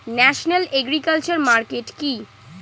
National agriculture market কি?